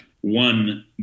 one